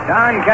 Don